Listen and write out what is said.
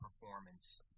performance